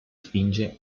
spinge